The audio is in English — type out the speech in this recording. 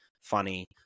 funny